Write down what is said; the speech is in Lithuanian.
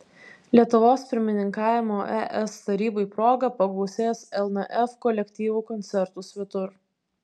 lietuvos pirmininkavimo es tarybai proga pagausės lnf kolektyvų koncertų svetur